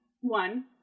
one